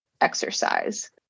exercise